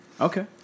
Okay